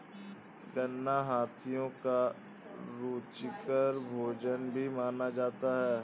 गन्ना हाथियों का रुचिकर भोजन भी माना जाता है